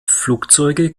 flugzeuge